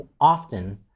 often